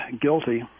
guilty